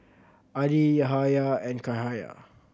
Adi Yahaya and Cahaya